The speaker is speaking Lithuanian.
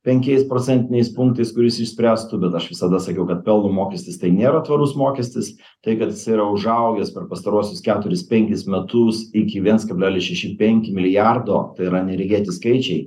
penkiais procentiniais punktais kuris išspręstų bet aš visada sakiau kad pelno mokestis tai nėra tvarus mokestis tai kad yra užaugęs per pastaruosius keturis penkis metus iki viens kablelis šeši penki milijardo tai yra neregėti skaičiai